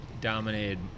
dominated